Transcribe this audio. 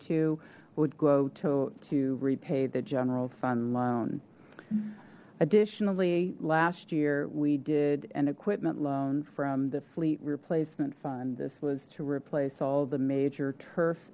two would go to to repay the general fund loan additionally last year we did an equipment loan from the fleet replacement fund this was to replace all the major turf